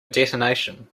detonation